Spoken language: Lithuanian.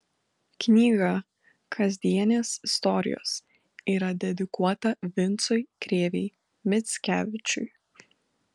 knyga kasdienės istorijos yra dedikuota vincui krėvei mickevičiui